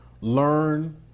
learn